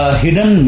hidden